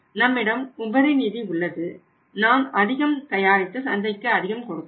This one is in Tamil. நம்மிடம் உபரி நிதி உள்ளது நாம் அதிகம் தயாரித்து சந்தைக்கு அதிகம் கொடுக்கலாம்